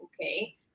okay